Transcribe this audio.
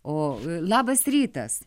o labas rytas